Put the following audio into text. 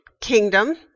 kingdom